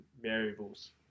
variables